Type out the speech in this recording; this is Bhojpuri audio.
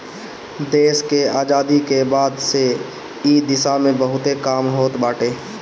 देस के आजादी के बाद से इ दिशा में बहुते काम होत बाटे